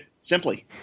simply